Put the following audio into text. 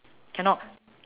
cannot